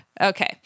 Okay